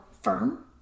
firm